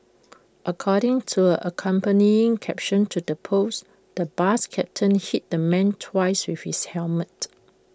according to an accompanying caption to the post the bus captain hit the man twice with his helmet